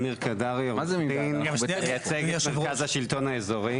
אמיר קדרי עורך דין מייצג את מרכז השלטון האזורי.